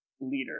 leader